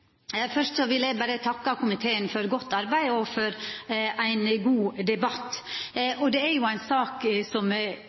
Først vil eg berre takka komiteen for godt arbeid og for ein god debatt.